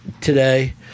today